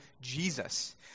Jesus